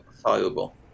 soluble